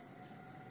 এটি K K 1